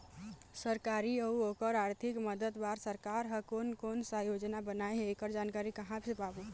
सरकारी अउ ओकर आरथिक मदद बार सरकार हा कोन कौन सा योजना बनाए हे ऐकर जानकारी कहां से पाबो?